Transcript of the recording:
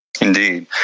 Indeed